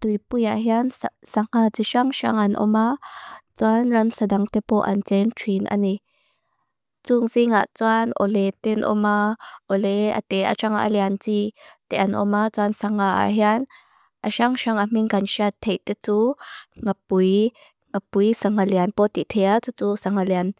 Dwi puya hian sanga tisang sangan oma, tuan ram sadang tepo anten trin ani. Tungzi nga tuan ole ten oma, ole ate achang alianti, tean oma tuan sanga ahian, asang sanga minggan sya tek titu, nga pui, nga pui sanga lian poti tea tutu sanga lian.